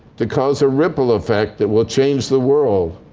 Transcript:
to cause a ripple effect that will change the world.